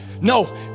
no